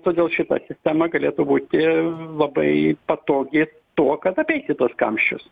todėl šita sistema galėtų būti labai patogi tuo kad apeiti tuos kamščius